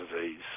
disease